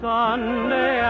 Sunday